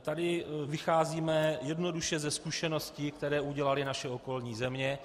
Tady vycházíme jednoduše ze zkušeností, které udělaly naše okolní země.